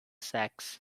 sax